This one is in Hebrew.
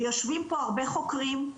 יושבים פה הרבה חוקרים,